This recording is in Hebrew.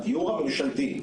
הדיור הממשלתי,